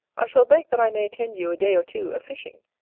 i shall beg that i may attend you a day or two a-fishing,